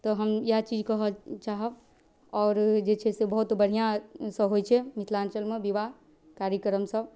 तऽ हम इएह चीज कहऽ चाहब आओर जे छै से बहुत बढ़िआँसँ होइ छै मिथिलाञ्चलमे बिवाह कार्यक्रम सब